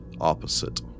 opposite